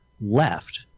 left